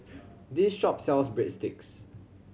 this shop sells Breadsticks